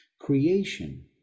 creation